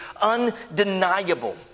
undeniable